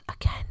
again